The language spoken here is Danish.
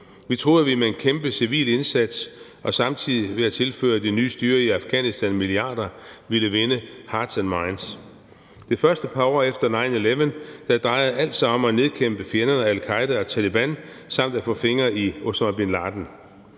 Vi troede, at vi med en kæmpe civil indsats og ved samtidig at tilføre det nye styre i Afghanistan milliarder ville vinde hearts and minds. Det første par år efter 11. september drejede alt sig om at nedkæmpe fjenderne Al-Qaeda og Taleban samt at få fingre i Osama bin Laden,